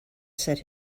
set